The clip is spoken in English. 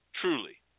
truly